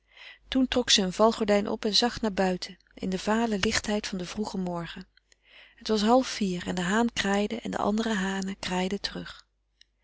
toen trok ze een valgordijn op en zag naar buiten in de vale lichtheid van den morgen het was halfvier en de haan kraaide en andere hanen kraaiden terug